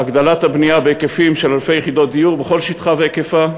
הגדלת הבנייה בהיקפים של אלפי יחידות דיור בכל שטחה והיקפה.